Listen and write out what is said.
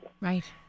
Right